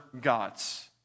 gods